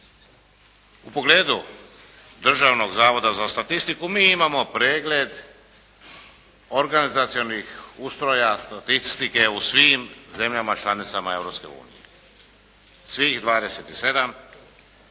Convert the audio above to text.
U pogledu Državnog zavoda za statistiku mi imamo pregled organizacionih ustroja statistike u svim zemljama članicama Europske